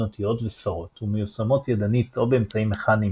אותיות וספרות ומיושמות ידנית או באמצעים מכניים